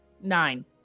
nine